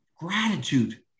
gratitude